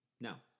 Now